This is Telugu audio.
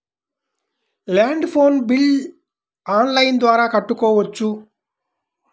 ల్యాండ్ ఫోన్ బిల్ ఆన్లైన్ ద్వారా కట్టుకోవచ్చు?